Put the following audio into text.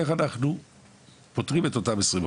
איך אנחנו פותרים את אותם 20%,